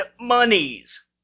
monies